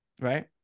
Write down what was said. right